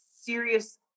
serious